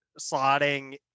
slotting